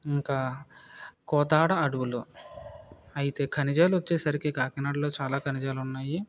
ఇంకా కోదాడ అడవులు అయితే ఖనిజాలు వచ్చేసరికి కాకినాడలో చాలా ఖనిజాలు ఉన్నాయి